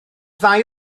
ddau